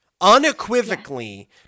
Unequivocally